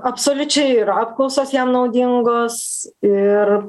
absoliučiai ir apklausos jam naudingos ir